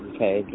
Okay